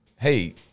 hey